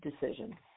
decision